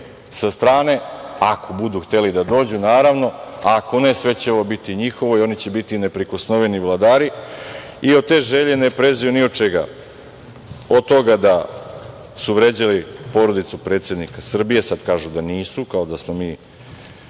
sa strane, ako budu hteli da dođu, naravno, a ako ne, sve će ovo biti njihovo i oni će biti neprikosnoveni vladari. Od te želje ne prezaju ni od čega, od toga da su vređali porodicu predsednika Srbije, sad kažu da nisu, kao da mi